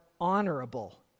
honorable